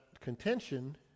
contention